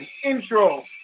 Intro